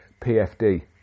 PFD